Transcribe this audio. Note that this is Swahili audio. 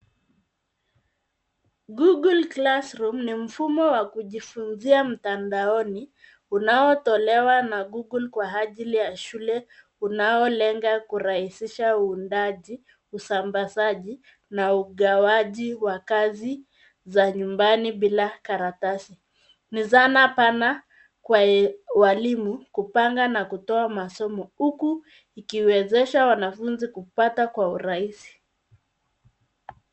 Google classroom ni mfumo wa kujifunzia mtandaoni unaotolewa na google kwa hajili ya shule, unaolenga kurahisisha uundaji, usambazaji na ugawaji wa kazi za nyumbani bila karatasi. Ni zana pana kwa walimu kupanga na kutoa masomo huku ikiwezesha wanafunzi kupata kwa urahisi.